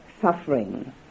suffering